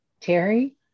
Terry